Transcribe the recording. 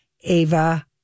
ava